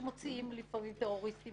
שמוציאים לפעמים טרוריסטים